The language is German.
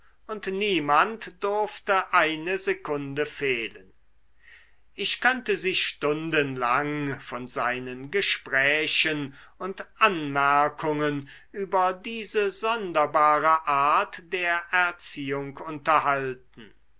und niemand durfte eine sekunde fehlen ich könnte sie stundenlang von seinen gesprächen und anmerkungen über diese sonderbare art der erziehung unterhalten